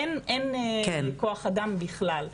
אין כוח אדם בכלל.